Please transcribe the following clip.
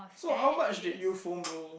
so how much did you foam roll